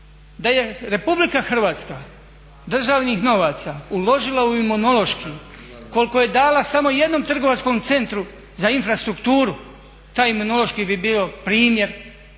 Da je RH državnih novaca uložila u Imunološki kolik je dala samo jednom trgovačkom centru za infrastrukturu, taj Imunološki bi bio primjer